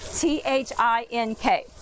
T-H-I-N-K